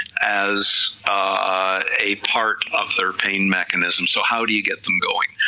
as a part of their pain mechanism, so how do you get them going,